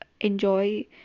enjoy